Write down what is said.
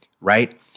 Right